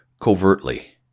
covertly